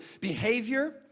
Behavior